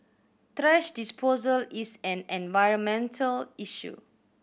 thrash disposal is an environmental issue